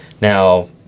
Now